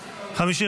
נתקבלה.